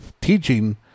teaching